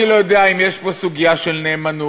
אני לא יודע אם יש פה סוגיה של נאמנות,